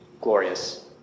glorious